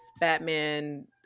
Batman